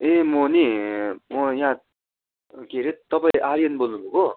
ए म नि म यहाँ के हरे तपाईँ आर्यन बोल्नु भएको